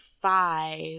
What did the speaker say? five